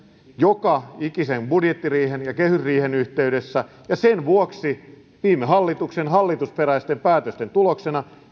joka ikisen budjettiriihen ja kehysriihen yhteydessä ja sen vuoksi viime hallituksen hallitusperäisten päätösten tuloksena